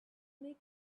make